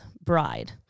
bride